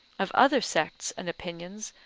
of other sects and opinions,